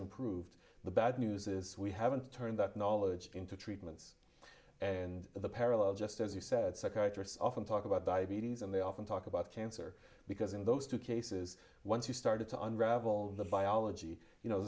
improved the bad news is we haven't turned that knowledge into treatments and the parallel just as you said psychiatrists often talk about diabetes and they often talk about cancer because in those two cases once you started to unravel the biology you know